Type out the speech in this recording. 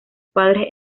padres